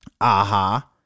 Aha